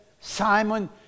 Simon